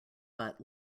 but